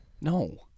No